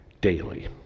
daily